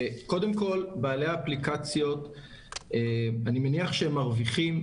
קודם כל, בעלי האפליקציות אני מניח שהם מרוויחים.